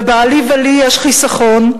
לבעלי ולי יש חיסכון,